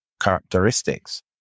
characteristics